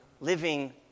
living